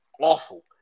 awful